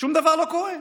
שום דבר לא קורה.